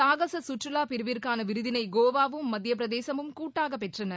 சாகச சுற்றுவா பிரிவிற்கான விருதினை கோவாவும் மத்தியப் பிரதேசமும் கூட்டாக பெற்றன